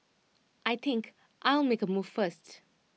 I think I'll make move first